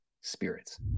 spirits